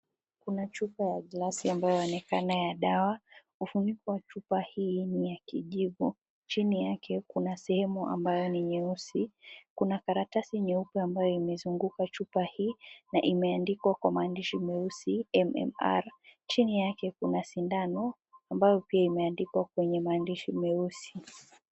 Kuna chupa ya glasi yaonekana yadawa, ufuniko ya chupa hii ni ya kijivu chini yake kuna sehemu ambayo ni nyeusi. Kuna karatasi nyeupe imezunguka chupa hii na imeandikwa kwa maandishi meusi MMR. Chini yake kuna sindano ambayo pia ineandikwa kwa maandishi meusi.